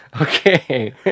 Okay